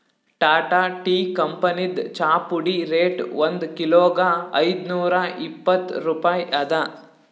Tata tea ಕಂಪನಿದ್ ಚಾಪುಡಿ rate ಒಂದ್ ಕಿಲೋಗಾ ಐದ್ನೂರಾ ಇಪ್ಪತ್ತ್ ರೂಪಾಯಿ ಅದಾ